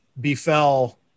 befell